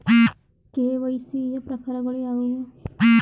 KYC ಯ ಪ್ರಕಾರಗಳು ಯಾವುವು?